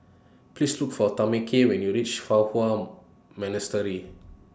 Please Look For Tameka when YOU REACH Fa Hua Monastery